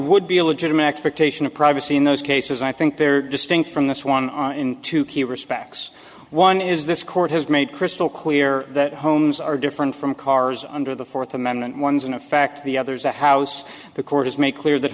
would be a legitimate expectation of privacy in those cases i think they're distinct from this one in two respects one is this court has made crystal clear that homes are different from cars under the fourth amendment one's in effect the other's a house the court has made clear that